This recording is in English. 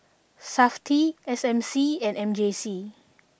Safti S M C and M J C